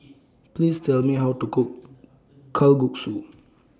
Please Tell Me How to Cook Kalguksu